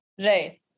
Right